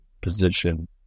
position